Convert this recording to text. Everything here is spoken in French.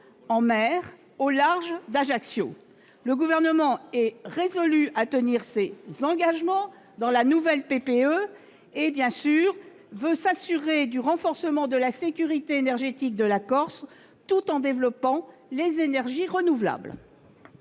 en mer au large d'Ajaccio. Le Gouvernement est résolu à tenir ses engagements dans le cadre de la nouvelle PPE et entend bien évidemment s'assurer du renforcement de la sécurité énergétique de la Corse, tout en développant les énergies renouvelables.